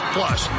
Plus